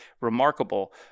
remarkable